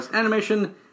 animation